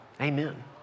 Amen